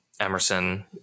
Emerson